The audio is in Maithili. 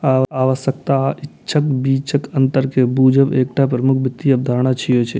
आवश्यकता आ इच्छाक बीचक अंतर कें बूझब एकटा प्रमुख वित्तीय अवधारणा छियै